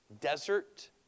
desert